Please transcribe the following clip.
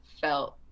felt